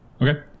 Okay